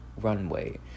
runway